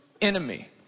enemy